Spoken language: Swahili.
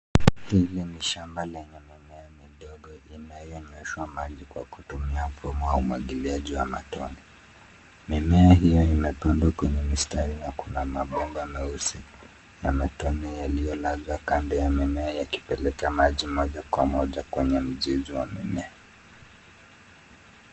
Hili ni shamba lenye mimea midogo inayonyeshwa maji kwa kutumia mfumo wa umwagiliaji wa matone. Mimea hiyo imepandwa kwenye mistari na kuna mabomba meusi ya matone yaliyolazwa kando ya mimea yakipeleka maji moja kwa moja kwenye mzizi wa mimea.